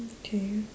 okay